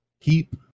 keep